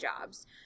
jobs